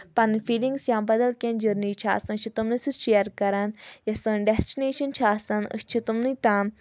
پَننہِ فیٖلِنٛگٕس یا بَدَل کینٛہہ جٔرنی چھِ آسان یہِ چھِ تِمنٕے سۭتۍ شِیَر کَران یۄس سٲنۍ ڈیسٹِنیشَن چھِ آسان أسۍ چھِ تِمنٕے تام